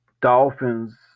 Dolphins